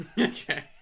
okay